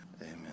Amen